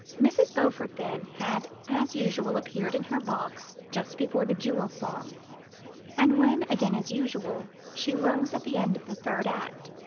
mrs. beaufort, then, had as usual appeared in her box just before the jewel song and when, again as usual, she rose at the end of the third act,